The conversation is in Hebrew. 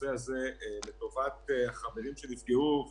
הנושא הזה לטובת החברים שנפגעו,